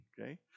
Okay